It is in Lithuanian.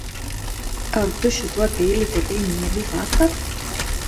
ar tu šituo peiliu tepei mielių pastą